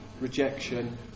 rejection